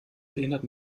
erinnert